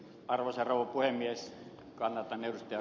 arvoisa rouva puhemies kannattaneet ja